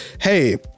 Hey